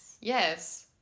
Yes